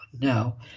No